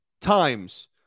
times